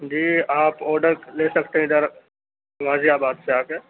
جی آپ آڈر لے سکتے ہیں اِدھرغازی آباد سے آکے